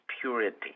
purity